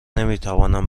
نمیتوانم